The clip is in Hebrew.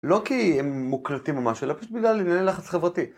לא כי הם מוקלטים ממש אלא פשוט בגלל ענייני לחץ חברתי.